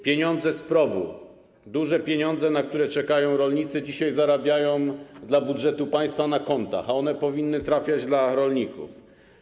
Pieniądze z PROW, duże pieniądze, na które czekają rolnicy, dzisiaj zarabiają dla budżetu państwa na kontach, a one powinny trafiać dla rolników.